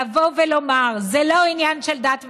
לבוא ולומר: זה לא עניין של דת ומדינה,